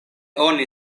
oni